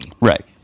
right